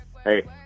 Hey